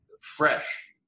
fresh